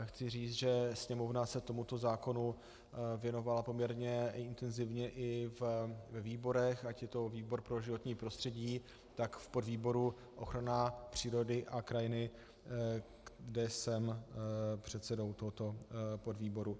Chci říct, že Sněmovna se tomuto zákonu věnovala poměrně intenzivně i ve výborech, ať je to výbor pro životní prostředí, tak v podvýboru ochrana přírody a krajiny, kde jsem předsedou tohoto podvýboru.